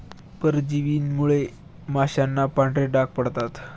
परजीवींमुळे माशांना पांढरे डाग पडतात